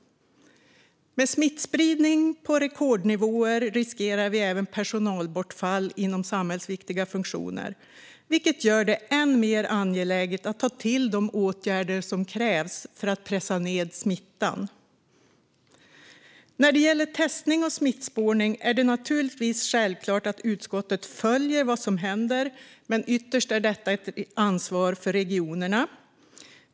Med en smittspridning på rekordnivåer riskerar vi även personalbortfall inom samhällsviktiga funktioner, vilket gör det ännu mer angeläget att ta till de åtgärder som krävs för att pressa ned smittan. När det gäller testning och smittspårning är det naturligtvis självklart att utskottet följer vad som händer, men ytterst är detta ett ansvar för regionerna.